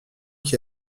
qui